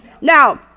Now